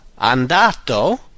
Andato